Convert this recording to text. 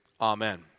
amen